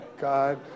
God